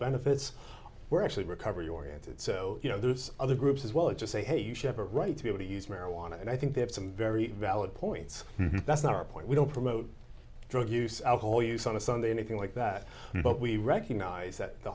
benefits were actually recover your answer so you know there's other groups as well that just say hey you ship a right to be able to use marijuana and i think they have some very valid points that's not our point we don't promote drug use alcohol use on a sunday anything like that but we recognize that the